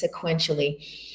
sequentially